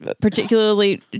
particularly